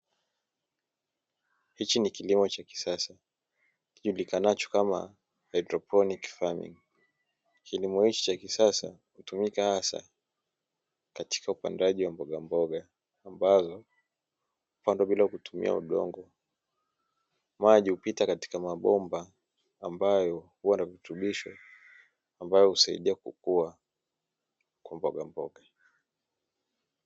Hichi ni kilimo cha kisasa kijulikanacho kama "haidroponi faming". Kilimo hiki cha kisasa hutumika hasa katika upandaji wa mbogamboga ambazo hupandwa bila kutumia udongo, maji hupita katika mabomba ambayo huwa na virutubisho ambayo husaidia kukua kwa mbogamboga.